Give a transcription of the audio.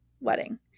wedding